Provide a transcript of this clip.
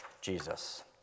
Jesus